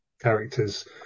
characters